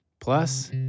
Plus